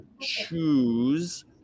choose